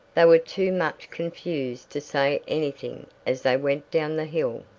they were too much confused to say anything as they went down the hill.